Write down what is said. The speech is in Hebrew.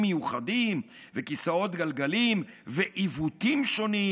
מיוחדים וכיסאות גלגלים ועיוותים שונים,